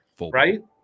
right